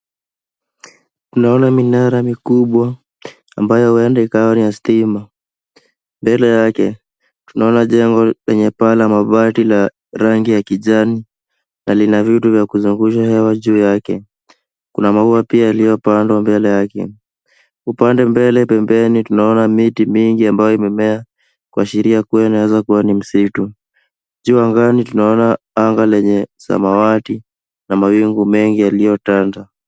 Tunaona minara mikubwa ambayo huenda ikawa ni ya stima .Mbele yake tunaona jengo lenye paa na mabati la rangi ya kijani ,na lina vitu vya kuzungusha hewa juu yake ,kuna maua pia yaliyopandwa mbele yake ,upande mbele pembeni tunaona miti mingi ambayo imemea, kuashiria kuwa inaweza kuwa ni msitu. juu angani tunaona anga lenye samawati, na mawingu mengi yaliyotanda.